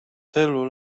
tylu